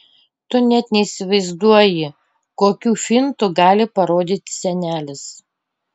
tu net neįsivaizduoji kokių fintų gali parodyti senelis